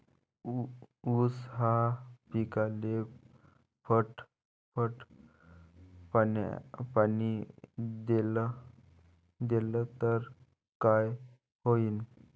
ऊस या पिकाले पट पाणी देल्ल तर काय होईन?